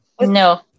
No